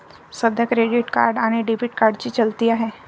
सध्या credit card आणि debit कार्डची चलती आहे